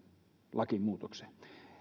lakimuutokseen